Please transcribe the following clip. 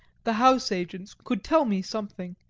the house agents, could tell me something,